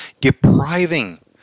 depriving